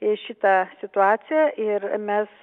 į šitą situaciją ir mes